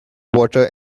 water